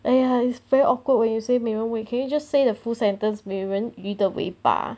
!aiya! it's very awkward when you say 没人尾 can you just say the full sentence 美人鱼的尾巴